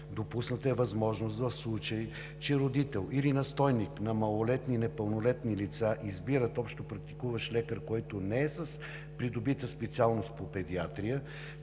Допусната е възможност, в случай че родител или настойник на малолетни или непълнолетни лица избира общопрактикуващ лекар, който не е с придобита специалност по педиатрия,